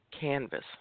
canvas